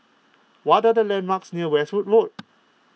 what are the landmarks near Westwood Road